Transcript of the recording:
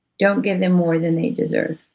don't give them more than they deserve.